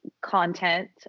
content